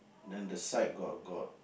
then the side got got